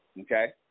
Okay